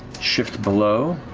shift below